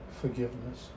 forgiveness